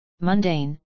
mundane